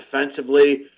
defensively